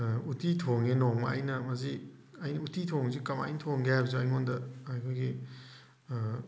ꯎꯠꯇꯤ ꯊꯣꯡꯉꯦ ꯅꯣꯡꯃ ꯑꯩꯅ ꯃꯁꯤ ꯑꯩꯅ ꯎꯠꯇꯤ ꯊꯣꯡꯕꯁꯤ ꯀꯃꯥꯏꯅ ꯊꯣꯡꯒꯦ ꯍꯥꯏꯕꯁꯨ ꯑꯩꯉꯣꯟꯗ ꯑꯩꯈꯣꯏꯒꯤ